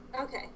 Okay